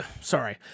Sorry